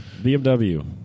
BMW